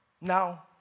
Now